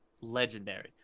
legendary